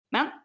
Men